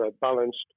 balanced